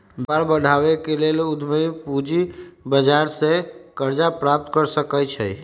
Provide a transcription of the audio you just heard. व्यापार बढ़ाबे के लेल उद्यमी पूजी बजार से करजा प्राप्त कर सकइ छै